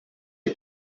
est